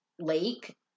lake